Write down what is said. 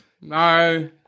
No